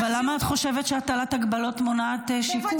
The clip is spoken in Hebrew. אבל למה את חושבת שהטלת הגבלות מונעת שיקום?